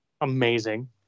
amazing